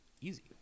Easy